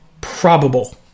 probable